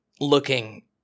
looking